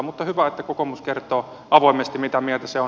mutta hyvä että kokoomus kertoo avoimesti mitä mieltä se on